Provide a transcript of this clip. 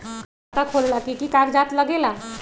खाता खोलेला कि कि कागज़ात लगेला?